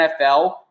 NFL